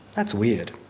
that's weird.